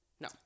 No